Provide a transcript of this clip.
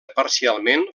parcialment